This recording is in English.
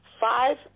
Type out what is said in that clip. five